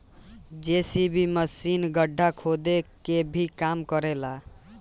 JCB machine गड्ढा खोदे के भी काम करे ला